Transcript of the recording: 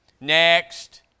Next